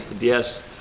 Yes